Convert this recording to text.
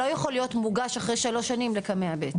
לא יכול להיות מוגש אחרי שלוש שנים לקמ"ע ב'.